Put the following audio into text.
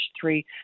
three